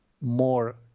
more